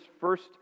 first